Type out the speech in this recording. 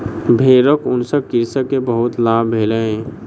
भेड़क ऊन सॅ कृषक के बहुत लाभ भेलै